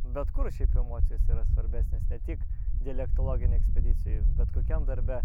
bet kur šiaip emocijos yra svarbesnės ne tik dialektologinėj ekspedicijoj bet kokiam darbe